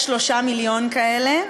יש 3 מיליון כאלה,